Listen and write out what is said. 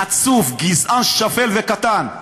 חצוף, גזען שפל וקטן.